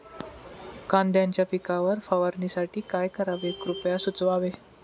कांद्यांच्या पिकावर फवारणीसाठी काय करावे कृपया सुचवावे